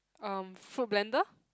(um)food blender